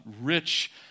rich